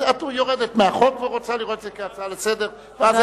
את יורדת מהחוק ורוצה לראות את זה כהצעה לסדר-היום,